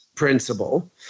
principle